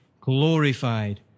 glorified